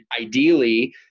ideally